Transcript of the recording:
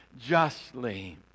justly